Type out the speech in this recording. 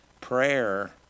prayer